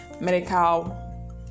medical